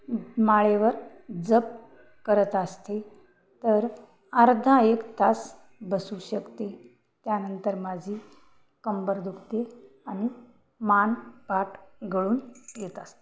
माळेवर जप करत असते तर अर्धा एक तास बसू शकते त्यानंतर माझी कंबर दुखते आणि मान पाठ गळून येत असते